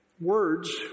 words